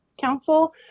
Council